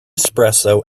espresso